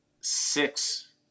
Six